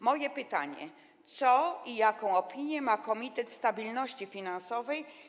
Moje pytanie: Jaką opinię ma Komitet Stabilności Finansowej?